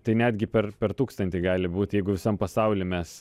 tai netgi per per tūkstantį gali būt jeigu visam pasauly mes